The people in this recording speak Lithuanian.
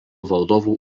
valdovų